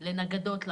ומש"קיות לנגדות.